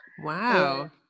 wow